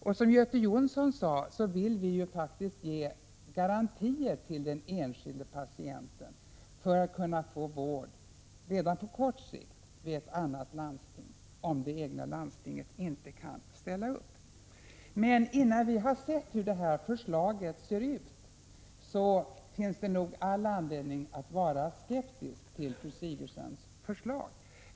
Och som Göte Jonsson sade, vill vi faktiskt ge den enskilde patienten garantier för att kunna få vård redan kortsiktigt vid ett annat landsting, om det egna landstinget inte kan ställa upp. Men innan vi har sett hur det här förslaget ser ut, finns det nog all anledning att vara skeptisk till fru Sigurdsens förslag.